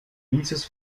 dieses